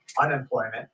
unemployment